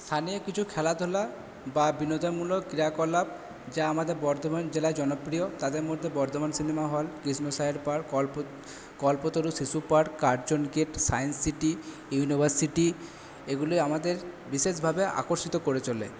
স্থানীয় কিছু খেলাধুলা বা বিনোদনমূলক ক্রিয়াকলাপ যা আমাদের বর্ধমান জেলায় জনপ্রিয় তাদের মধ্যে Bardhaman cinema hall Krishnasayar park Kalpataru শিশু park Curzon gate science city university এগুলি আমাদের বিশেষভাবে আকর্ষিত করে চলে